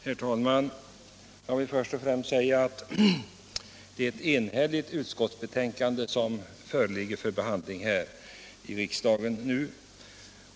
Herr talman! Jag vill först säga att det är ett enhälligt utskottsbetänkande som föreligger för behandling i riksdagen.